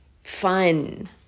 fun